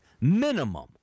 Minimum